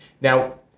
Now